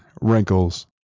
Wrinkles